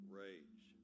rage